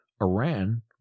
Iran